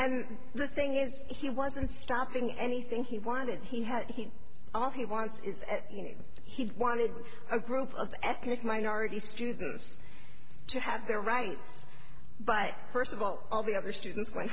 and the thing is he wasn't stopping anything he wanted he had he all he wants is at and he wanted a group of ethnic minority students to have their rights but first of all all the other students